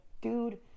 Dude